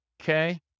Okay